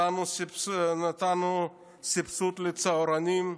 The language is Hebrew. נתנו סבסוד לצהרונים,